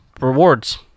rewards